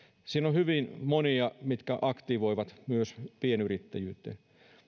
siinä on hyvin monia mitkä aktivoivat myös pienyrittäjyyteen